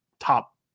Top